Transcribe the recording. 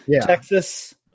Texas